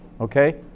Okay